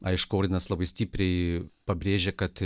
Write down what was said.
aišku ordinas labai stipriai pabrėžė kad